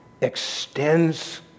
extends